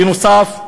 בנוסף,